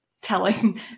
telling